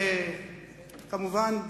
כמובן,